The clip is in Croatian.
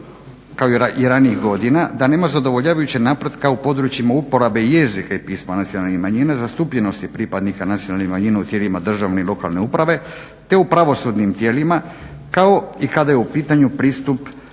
kao i ranijih godina da nema zadovoljavajućeg napretka u područjima uporabe jezika i pisma nacionalnih manjina, zastupljenosti pripadnika nacionalnih manjina u tijelima državne i lokalne uprave te u pravosudnim tijelima kao kada je u pitanju pristup